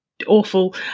awful